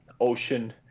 ocean